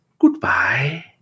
Goodbye